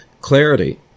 clarity